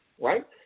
Right